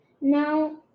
Now